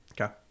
Okay